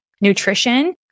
nutrition